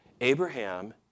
Abraham